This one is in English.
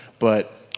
but